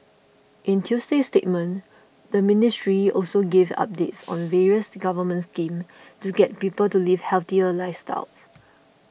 in Tuesday's statement the ministry also gave updates on various government schemes to get people to live healthier lifestyles